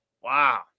Wow